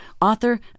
author